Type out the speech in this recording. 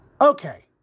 Okay